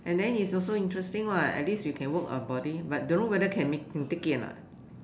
and then it's also interesting [what] at least we can work our body but don't know whether can make can take it or not